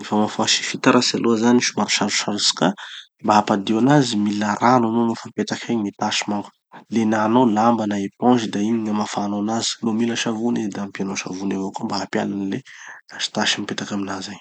Gny fomba famafà fitaratsy aloha zany somary sarosarotsy ka mba hampadio anazy, mila rano hanao nofa mipetaky egny gny tasy manko. Lenanao lamba na éponge da igny gn'amafànao anazy. No mila savony izy da ampianao savony avao koa mba hampiala any le tasy tasy mipetaky aminazy egny.